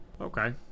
Okay